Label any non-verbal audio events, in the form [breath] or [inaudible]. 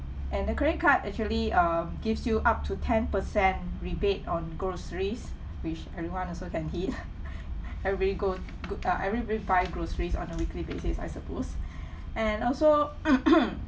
and the credit card actually um gives you up to ten percent rebate on groceries which everyone also can hit [laughs] [breath] everybody go good uh everybody buy groceries on a weekly basis I suppose [breath] and also [coughs]